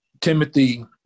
Timothy